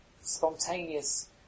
spontaneous